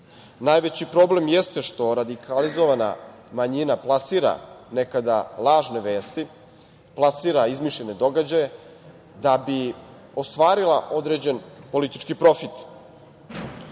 Najveći problem jeste što radikalizovana manjina plasira nekada lažne vesti, plasira izmišljene događaje da bi ostvarila određen politički profit.